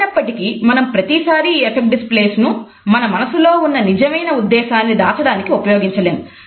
అయినప్పటికీ మనం ప్రతిసారీ ఈ అఫక్ట్ డిస్ప్లేస్ ను మన మనసులో ఉన్న నిజమైన ఉద్దేశాన్ని దాచడానికి ఉపయోగించలేము